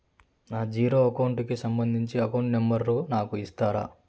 నా zero account కి సంబంధించి అకౌంట్ నెంబర్ ను నాకు ఇస్తారా